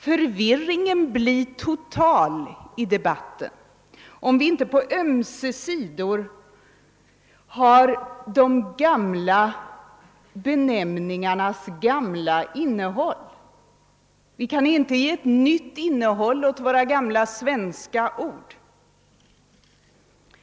Förvirringen i debatten blir total om vi inte på ömse sidor behåller de gamia benämningarnas innehåll. Vi kan inte ge nytt innehåll åt våra gamla svenska ord.